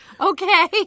okay